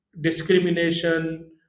discrimination